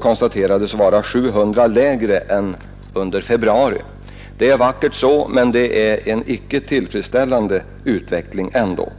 konstaterades vara 700 lägre än under februari. Det är vackert så, men det är ändå en otillfredsställande utvecklingstakt.